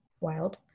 wild